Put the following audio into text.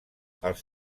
els